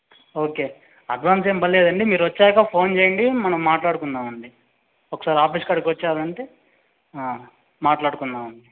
okay advance ఏం పర్లేదండి మీరు వచ్చాక ఫోన్ చేయండి మనం మాట్లాడుకుందాం అండి ఒకసారి ఆఫీస్ కాడికి వచ్చారు అంటే మాట్లాడుకుందాము అండి